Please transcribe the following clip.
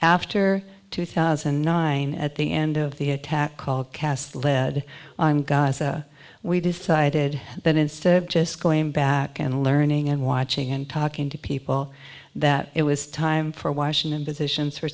after two thousand and nine at the end of the attack called cast lead i'm gaza we decided that instead of just going back and learning and watching and talking to people that it was time for washington positions for